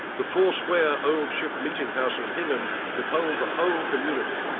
the four-square old ship meeting house in hingham could hold the whole community,